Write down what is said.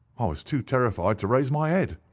i was too terrified to raise my head.